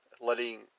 letting